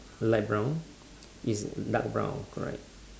light brown is dark brown correct